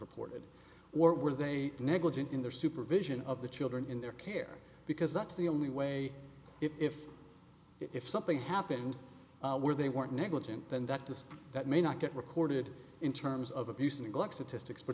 reported were they negligent in their supervision of the children in their care because that's the only way if if something happened were they weren't negligent then that does that may not get recorded in terms of abuse neglect statistics but